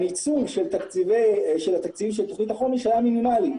הניצול של התקציב של תכנית החומש היה מינימלי,